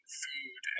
food